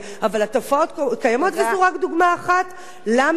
וזו רק דוגמה אחת למה הצעת החוק הזו נחוצה.